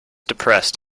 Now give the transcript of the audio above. depressed